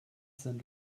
sind